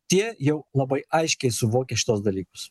tie jau labai aiškiai suvokia šituos dalykus